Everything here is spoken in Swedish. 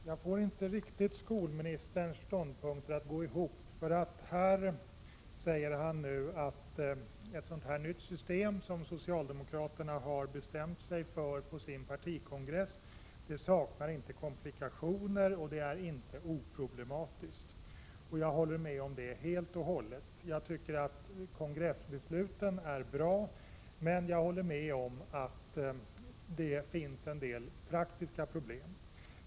Fru talman! Jag får inte skolministerns ståndpunkter att riktigt gå ihop. Han säger nu att ett sådant nytt system som socialdemokraterna har bestämt sig för på sin partikongress inte saknar komplikationer och inte är oproblematiskt. Jag håller helt med om det. Jag tycker att kongressbesluten är bra, men instämmer i att det finns en del praktiska problem.